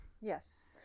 yes